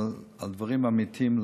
אבל על דברים אמיתיים,